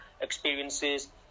experiences